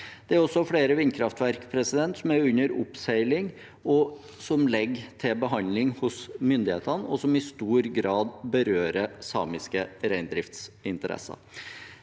Det er også flere vindkraftverk som er under oppseiling som ligger til behandling hos myndighetene, og som i stor grad berører samiske reindriftsinteresser.